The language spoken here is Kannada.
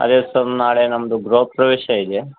ಅದೇ ಸರ್ ನಾಳೆ ನಮ್ಮದು ಗೃಹ ಪ್ರವೇಶ ಇದೆ